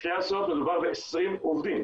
שתי הסעות מדובר ב-20 עובדים,